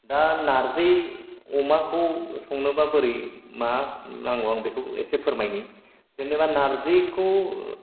दा नारजि अमाखौ संनोबा बोरै मा नांगौ बेखौ आं एसे फोरमायनि जेनेबा नारजिखौ